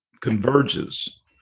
converges